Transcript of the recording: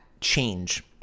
change